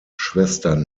schwestern